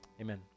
Amen